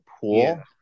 pool